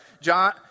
John